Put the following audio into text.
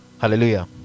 Hallelujah